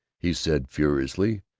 he said furiously,